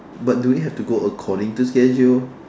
but do we have to go according to schedule